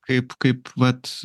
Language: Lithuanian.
kaip kaip vat